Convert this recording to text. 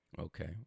Okay